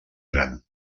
gran